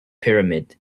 pyramid